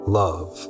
love